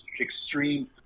extreme